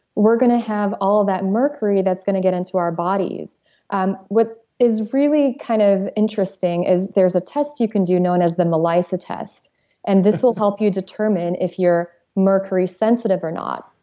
we're gonna have all that mercury that's going to get into our bodies um what is really kind of interesting is there's a test you can do known as the melisa test and this will help you determine if you're mercury sensitive or not.